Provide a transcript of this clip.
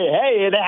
hey